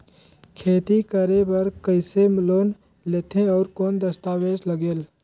खेती करे बर कइसे लोन लेथे और कौन दस्तावेज लगेल?